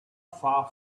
far